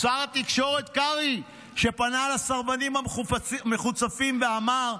או שר התקשורת קרעי, שפנה לסרבנים המחוצפים ואמר: